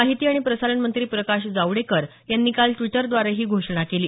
माहिती आणि प्रसारण मंत्री प्रकाश जावडेकर यांनी काल द्विटरद्वारे ही घोषणा केली